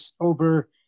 over